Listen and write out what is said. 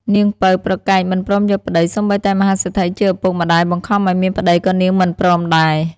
នាងពៅប្រកែកមិនព្រមយកប្ដី សូម្បីតែមហាសេដ្ឋីជាឪពុកម្ដាយបង្ខំឲ្យមានប្ដីក៏នាងមិនព្រមដែរ ។